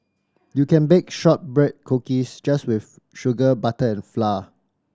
you can bake shortbread cookies just with sugar butter and flour